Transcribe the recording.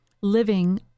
living